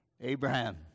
Abraham